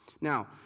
Now